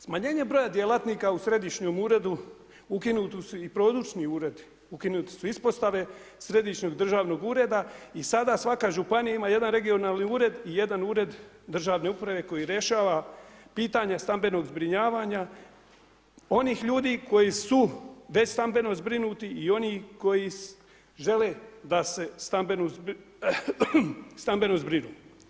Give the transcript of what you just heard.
Smanjenje broja djelatnika u Središnjem uredu, ukinuti su i područni uredi, ukinute su ispostave Središnjeg državnog ureda i sada svaka županija ima jedan regionalni ured i jedan ured državne uprave koji rješava pitanje stambenog zbrinjavanja onih ljudi koji su već stambeno zbrinuti i oni koji žele da se stambeno zbrinu.